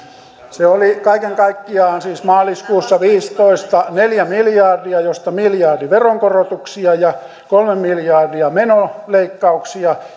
se oli kaiken kaikkiaan siis maaliskuussa viisitoista neljä miljardia josta miljardi veronkorotuksia ja kolme miljardia menoleikkauksia